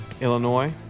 Illinois